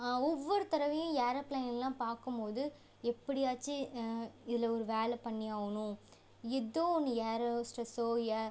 ஒவ்வொரு தடவையும் ஏரோப்லைன்லாம் பார்க்கு போது எப்படியாச்சி இதில் ஒரு வேலை பண்ணியாகுனும் ஏதோ ஒன்று ஏரோஸ்டர்ஸோ ய